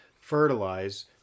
fertilize